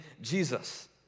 Jesus